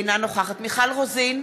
אינה נוכחת מיכל רוזין,